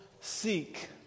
seek